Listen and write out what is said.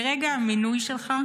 מרגע המינוי שלך,